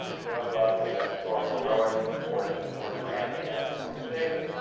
no loveliness or heroic proportion or grand manner will save it.